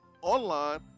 online